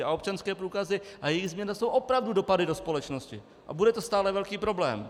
A občanské průkazy a jejich změna jsou opravdu dopady do společnosti a bude to stále velký problém.